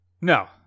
No